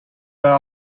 war